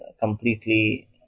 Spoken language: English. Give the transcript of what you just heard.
completely